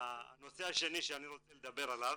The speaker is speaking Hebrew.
נושא שני שאני רוצה לדבר עליו,